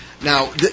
Now